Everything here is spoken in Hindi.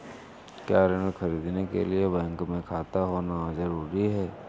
क्या ऋण ख़रीदने के लिए बैंक में खाता होना जरूरी है?